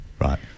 Right